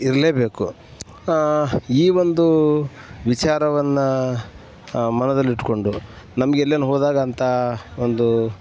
ಇರಲೇಬೇಕು ಈ ಒಂದು ವಿಚಾರವನ್ನು ಮನದಲ್ಲಿಟ್ಟುಕೊಂಡು ನಮಗೆ ಎಲ್ಲೇನು ಹೋದಾಗ ಅಂಥ ಒಂದು